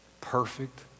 Perfect